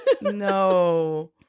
No